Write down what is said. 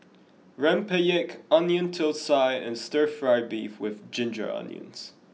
Rempeyek onion Thosai and stir fry beef with ginger onions